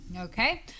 Okay